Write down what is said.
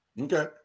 Okay